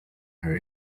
her